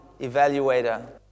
evaluator